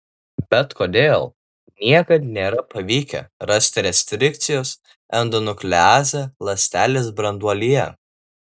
bet kodėl niekad nėra pavykę rasti restrikcijos endonukleazę ląstelės branduolyje